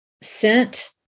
sent